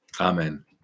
Amen